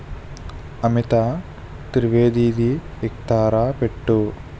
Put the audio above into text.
అమిత త్రివేదీది ఇక్తారా పెట్టు